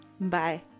Bye